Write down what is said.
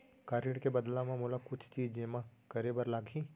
का ऋण के बदला म मोला कुछ चीज जेमा करे बर लागही?